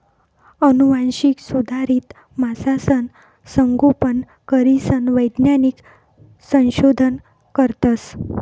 आनुवांशिक सुधारित मासासनं संगोपन करीसन वैज्ञानिक संशोधन करतस